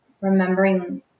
remembering